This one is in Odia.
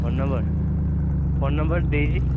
ଫୋନ୍ ନମ୍ବର ଫୋନ୍ ନମ୍ବର ଦେଇଛି